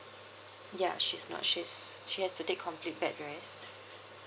ya she's not she's she has to take complete bed rest